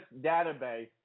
database